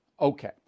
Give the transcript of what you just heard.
okay